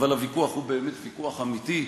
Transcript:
אבל הוויכוח הוא ויכוח אמיתי,